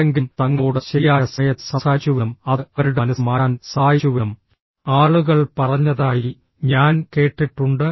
ആരെങ്കിലും തങ്ങളോട് ശരിയായ സമയത്ത് സംസാരിച്ചുവെന്നും അത് അവരുടെ മനസ്സ് മാറ്റാൻ സഹായിച്ചുവെന്നും ആളുകൾ പറഞ്ഞതായി ഞാൻ കേട്ടിട്ടുണ്ട്